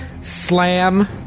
Slam